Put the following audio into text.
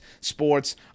Sports